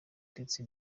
ndetse